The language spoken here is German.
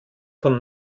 von